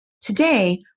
Today